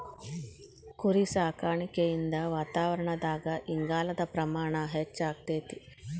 ಕುರಿಸಾಕಾಣಿಕೆಯಿಂದ ವಾತಾವರಣದಾಗ ಇಂಗಾಲದ ಪ್ರಮಾಣ ಹೆಚ್ಚಆಗ್ತೇತಿ